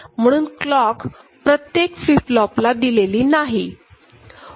म्हणून क्लॉक प्रत्येक flip flop ला दिलेली नाही